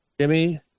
Jimmy